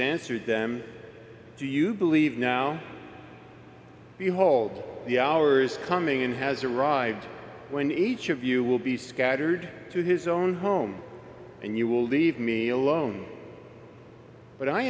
answered them do you believe now behold the hours coming in has arrived when each of you will be scattered to his own home and you will leave me alone but i